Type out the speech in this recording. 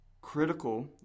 critical